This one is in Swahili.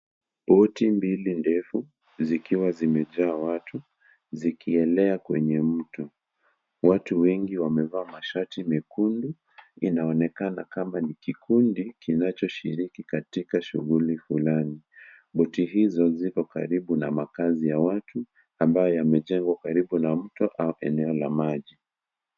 Koti Mbili ndefu zikiwa zimejaa watu zikienea kwenye mto. Watu wengi wamevaa mashati imekunjwa inaonekana kama NI kikundi kinachoshirikali katika fulani. Koti hizo ziko karibu na makazi ya watu ambayo imejengwa karibu na mto au eneo la maji.